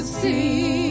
See